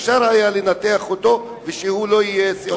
אפשר היה לנתח אותו ושהוא לא יהיה סיעודי.